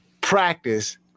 practice